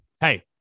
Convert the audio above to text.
hey